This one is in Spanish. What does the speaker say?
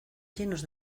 llenos